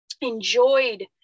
enjoyed